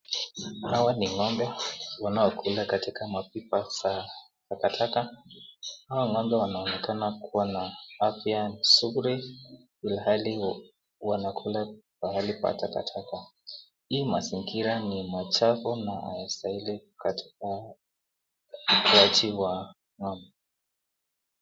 Hawa ni ng'ombe wanaokula katika pipa la takataka, hawa ng'ombe wanaonekana kuwa na afya nzuri ilhali wanakula pahali pa takataka, hii mazingira ni chafu na haistahili wakati wa.